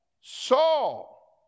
Saul